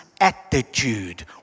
attitude